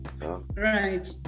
Right